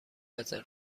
رزرو